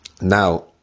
Now